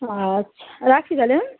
আচ্ছা রাখছি তাহলে হ্যাঁ